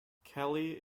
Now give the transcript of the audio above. kelly